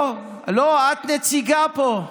לא, לא, את נציגה פה.